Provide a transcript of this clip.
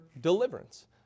deliverance